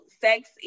sex